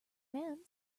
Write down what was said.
man